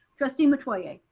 trustee metoyer.